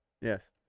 Yes